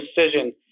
decision